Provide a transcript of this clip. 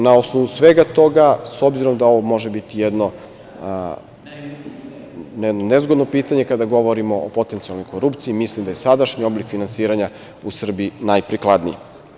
Na osnovu svega toga, s obzirom da ovo može biti jedno nezgodno pitanje, kada govorimo o potencijalnoj korupciji, mislim da je sadašnji oblik finansiranja u Srbiji najprikladniji.